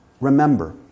remember